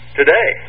today